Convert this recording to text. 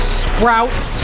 sprouts